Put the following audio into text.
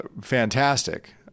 fantastic